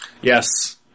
yes